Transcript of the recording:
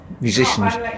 musicians